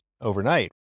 overnight